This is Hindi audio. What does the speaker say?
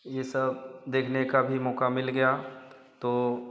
यह सब देखने का भी मौक़ा मिल गया तो